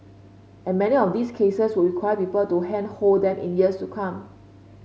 and many of these cases would require people to handhold them in years to come